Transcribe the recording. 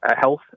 Health